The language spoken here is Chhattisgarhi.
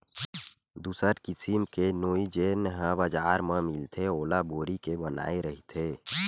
दूसर किसिम के नोई जेन ह बजार म मिलथे ओला बोरी के बनाये रहिथे